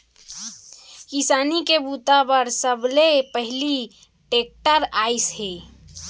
किसानी के बूता बर सबले पहिली टेक्टर आइस हे